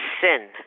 sin